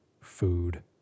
Food